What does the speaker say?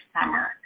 summer